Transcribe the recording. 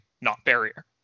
not-barrier